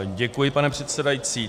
Děkuji, pane předsedající.